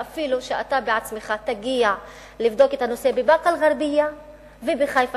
ואפילו שאתה בעצמך תגיע לבדוק את הנושא בבאקה-אל-ע'רביה ובחיפה,